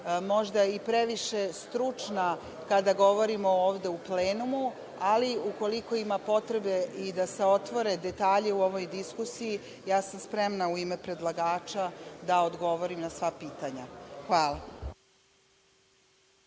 možda i previše stručna kada govorimo ovde u plenumu, ali ukoliko ima potrebe i da se otvore detalji u ovoj diskusiji, ja sam spremna u ime predlagača da odgovorim na sva pitanja. Hvala.